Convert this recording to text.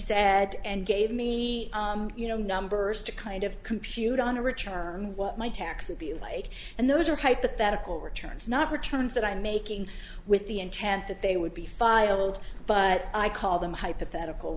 said and gave me you know numbers to kind of compute on a return what my taxes be light and those are hypothetical returns not returns that i'm making with the intent that they would be filed but i call them hypothetical